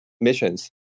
missions